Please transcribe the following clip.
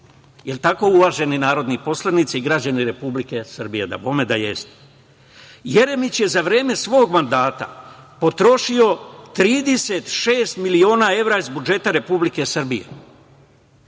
Jel tako, uvaženi narodni poslanici i građani Republike Srbije? Dabome da jeste. Jeremić je za vreme svog mandata potrošio 36 miliona evra iz budžeta Republike Srbije.